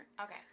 Okay